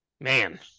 Man